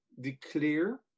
declare